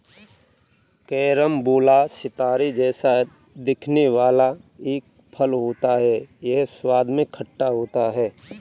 carambola सितारे जैसा दिखने वाला एक फल होता है यह स्वाद में खट्टा होता है